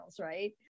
right